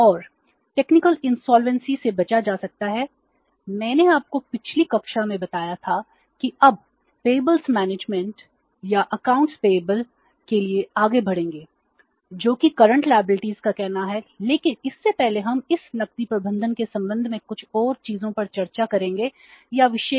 और technical insolvency प्रबंधन के रूप में कहेंगे